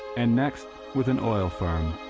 and next with an oil firm.